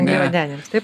angliavandeniams taip